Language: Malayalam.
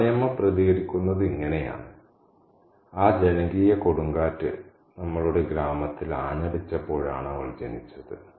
നാണി അമ്മ പ്രതികരിക്കുന്നത് ഇങ്ങനെയാണ് ആ ജനകീയ കൊടുങ്കാറ്റ് നമ്മളുടെ ഗ്രാമത്തിൽ ആഞ്ഞടിച്ചപ്പോഴാണ് അവൾ ജനിച്ചത്